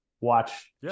watch